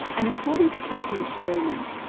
and according to kathryn sturman,